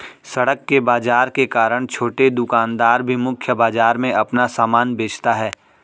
सड़क के बाजार के कारण छोटे दुकानदार भी मुख्य बाजार में अपना सामान बेचता है